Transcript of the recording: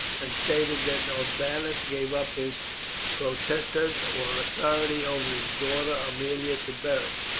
and stated that norbanus gave up his potestas or authority over his daughter aemilia to beric,